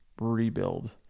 rebuild